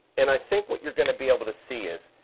and i think what you're gonna be able to see is,